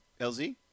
LZ